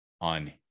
on